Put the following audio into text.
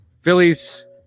Phillies